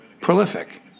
Prolific